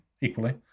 equally